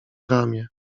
ramię